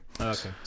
Okay